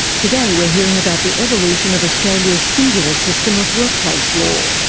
today we're hearing about the evolution of australia's singular system of workplace law.